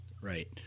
Right